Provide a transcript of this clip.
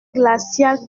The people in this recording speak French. glaciale